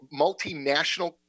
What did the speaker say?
multinational